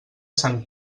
sant